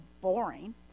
boring